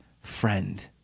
friend